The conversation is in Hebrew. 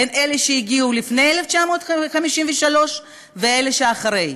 בין אלה שהגיעו לפני 1953 ואלה שאחרי.